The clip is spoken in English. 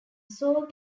sole